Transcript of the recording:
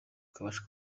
tukabasha